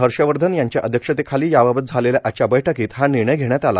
हर्षवर्धन यांच्या अध्यक्षतेखाली याबाबत झालेल्या आजच्या बैठकीत हा निर्णय घेण्यात आला